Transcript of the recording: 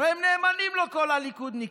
הרי הם נאמנים לו, כל הליכודניקים.